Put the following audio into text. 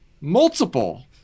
multiple